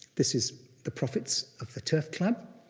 this is the profits of the turf club.